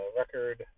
record